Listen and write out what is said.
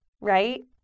right